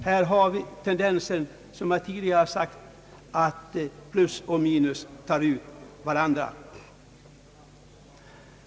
Här har vi tendensen som jag tidigare talade om, nämligen att plus och minus tar ut varandra.